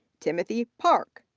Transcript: timothy park,